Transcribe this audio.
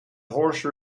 horse